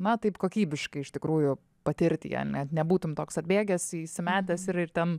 na taip kokybiškai iš tikrųjų patirti ją net nebūtum toks atbėgęs įsimetęs ir ir ten